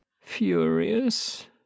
furious